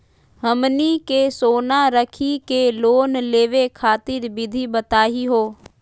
हमनी के सोना रखी के लोन लेवे खातीर विधि बताही हो?